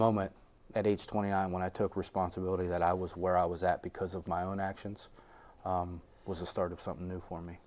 moment at age twenty when i took responsibility that i was where i was at because of my own actions it was the start of something new for me